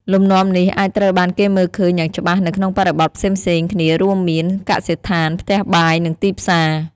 លំនាំនេះអាចត្រូវបានគេមើលឃើញយ៉ាងច្បាស់នៅក្នុងបរិបទផ្សេងៗគ្នារួមមាន កសិដ្ឋាន ផ្ទះបាយ និងទីផ្សារ។